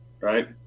right